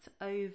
over